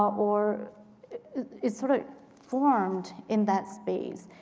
or it's sort of formed in that space.